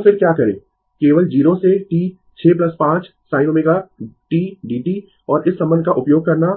तो फिर क्या करें केवल 0 से T 6 5 sin ω tdt और इस संबंध का उपयोग करना